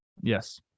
Yes